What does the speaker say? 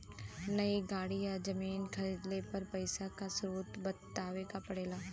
नई गाड़ी या जमीन खरीदले पर पइसा क स्रोत बतावे क पड़ेला